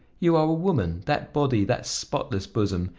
you are a woman that body, that spotless bosom,